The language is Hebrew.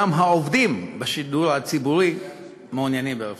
גם העובדים בשידור הציבורי מעוניינים ברפורמה,